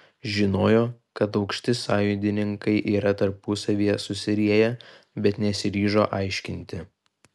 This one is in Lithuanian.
žinojo kad aukšti sąjūdininkai yra tarpusavyje susirieję bet nesiryžo aiškinti